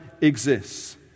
exists